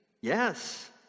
Yes